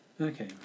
Okay